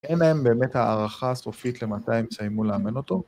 אין להם באמת הערכה סופית למתי הם תסיימו לאמן אותו.